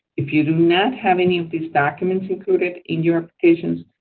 if you do not have any of these documents included in your applications,